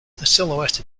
silhouette